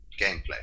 gameplay